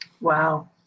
Wow